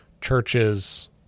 churches